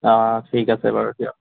অঁ ঠিক আছে বাৰু দিয়ক